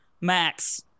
Max